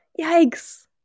Yikes